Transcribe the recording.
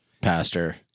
pastor